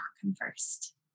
conversed